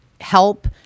help